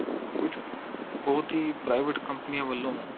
ਕੁਝ ਬਹੁਤ ਹੀ ਪ੍ਰਾਈਵੇਟ ਕੰਪਨੀਆਂ ਵੱਲੋਂ